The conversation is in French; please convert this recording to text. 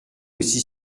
aussi